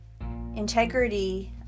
Integrity